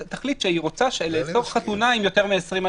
בואו לא נשכח שיש משפחתונים ומעונות שמחזיקים ילדי